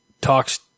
talks